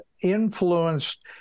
influenced